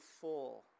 full